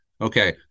Okay